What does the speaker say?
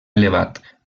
elevat